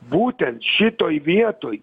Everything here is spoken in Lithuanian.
būtent šitoj vietoj